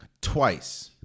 twice